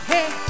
Hey